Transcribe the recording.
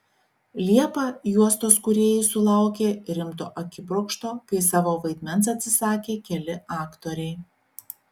liepą juostos kūrėjai sulaukė rimto akibrokšto kai savo vaidmens atsisakė keli aktoriai